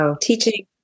Teaching